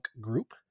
group